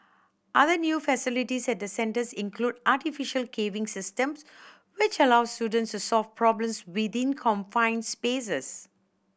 other new facilities at the centres include artificial caving systems which allow students to solve problems within confined spaces